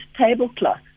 tablecloth